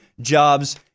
jobs